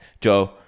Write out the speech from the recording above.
Joe